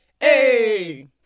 Hey